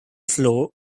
floor